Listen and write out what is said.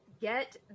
get